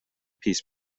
piece